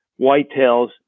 whitetails